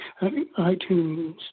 iTunes